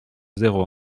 zéro